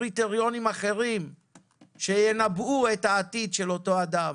תחפשו קריטריונים אחרים שינבאו את העתיד של אותו אדם